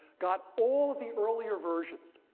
got all of the earlier versions,